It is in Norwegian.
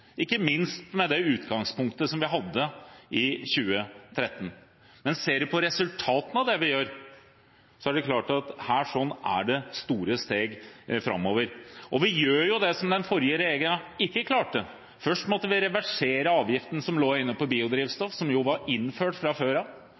ikke minst med det utgangspunktet som vi hadde i 2013. Men ser vi på resultatene av det vi gjør, er det klart at det er store steg framover. Vi gjør det som den forrige regjeringen ikke klarte. Først måtte vi reversere avgiften på biodrivstoff som lå inne,